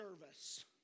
service